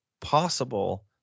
possible